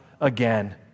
again